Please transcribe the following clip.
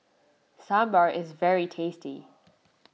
Sambar is very tasty